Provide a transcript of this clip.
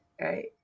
right